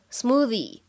smoothie